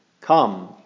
Come